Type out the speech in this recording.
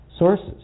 sources